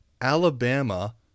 Alabama